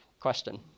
Question